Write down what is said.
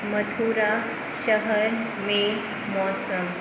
मथुरा शहर में मौसम